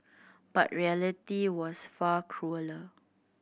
but reality was far crueller